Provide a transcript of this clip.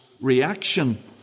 reaction